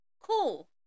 cool